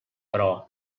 però